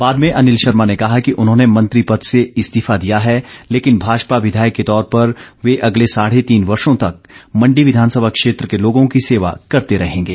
बाद में अनिल शर्मा ने कहा कि उन्होंने मंत्री पद से इस्तीफा दियाहै लेकिन भाजपा विधायक के तौर पर वे अगले साढ़े तीन वर्षों तक मण्डी विधानसभा क्षेत्र के लोगों की सेवा करते रहेंगे